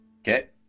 Okay